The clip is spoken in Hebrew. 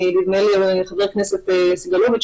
נדמה לי חבר הכנסת סגלוביץ',